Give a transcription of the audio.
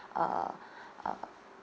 uh uh